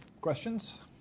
Questions